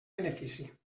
benefici